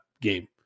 game